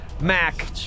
Mac